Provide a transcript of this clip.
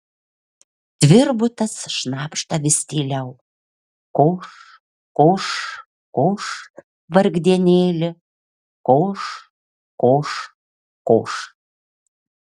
tvirbutas šnabžda vis tyliau koš koš koš vargdienėli koš koš koš